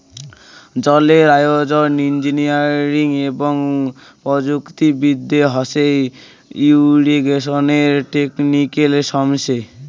জলের আয়োজন, ইঞ্জিনিয়ারিং এবং প্রযুক্তি বিদ্যা হসে ইরিগেশনের টেকনিক্যাল সমস্যা